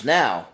now